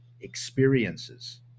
experiences